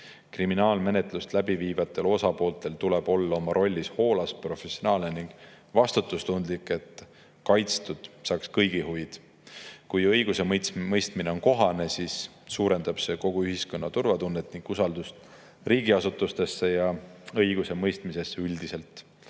Kriminaalmenetlust läbi viivatel osapooltel tuleb olla oma rollis hoolas, professionaalne ning vastutustundlik, et kaitstud saaks kõigi huvid. Kui õigusemõistmine on kohane, siis suurendab see kogu ühiskonna turvatunnet ning usaldust riigiasutuste ja õigusemõistmise vastu üldiselt.